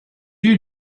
you